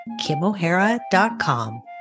kimohara.com